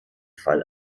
fall